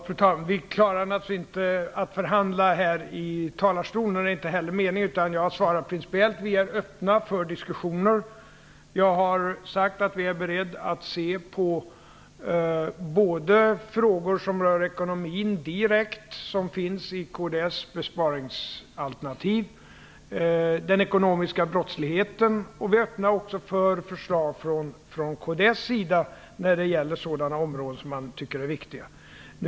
Fru talman! Vi klarar naturligtvis inte av att förhandla i talarstolen. Det är inte heller meningen. Jag svarar att vi principiellt är öppna för diskussioner. Vi är beredda att se på frågor som direkt rör ekonomin och som finns med i kds besparingsalternativ. Vidare gäller det den ekonomiska brottsligheten. Vi är öppna för förslag från kds sida angående de områden partiet anser vara viktiga.